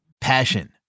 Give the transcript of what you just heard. Passion